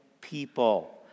people